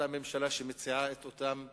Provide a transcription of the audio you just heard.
אותה ממשלה שמציעה את אותם דברים,